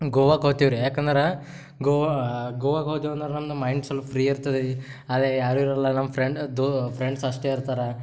ಗೋವಾಕ್ಕೆ ಹೋಗ್ತಿವ್ ರೀ ಯಾಕಂದ್ರೆ ಗೋವಾ ಗೋವಾಕ್ಕೆ ಹೋಗ್ತಿವ್ ಅಂದ್ರೆ ನಮ್ಮದು ಮೈಂಡ್ ಸ್ವಲ್ಪ ಫ್ರೀ ಇರ್ತದೆ ರಿ ಅಲ್ಲಿ ಯಾರೂ ಇರೋಲ್ಲ ನಮ್ಮ ಫ್ರೆಂಡ್ ದೋ ಫ್ರೆಂಡ್ಸ್ ಅಷ್ಟೇ ಇರ್ತಾರೆ